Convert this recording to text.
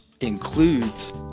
includes